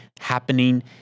happening